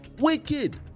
Wicked